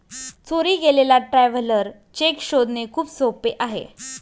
चोरी गेलेला traveller cheque शोधणे खूप सोपे आहे